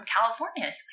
California